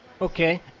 okay